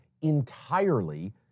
entirely